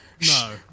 No